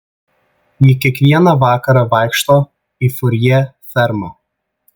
ji kiekvieną vakarą vaikšto į furjė fermą